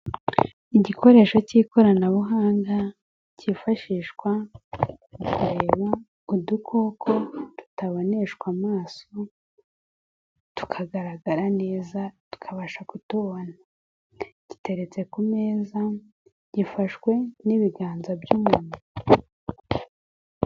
Igikoresho cy'ikoranabuhanga, cyifashishwa, mu kureba, udukoko tutaboneshwa amaso, tukagaragara neza, tukabasha kutubona. Giteretse ku meza, gifashwe n'ibiganza by'umuntu.